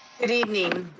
good evening.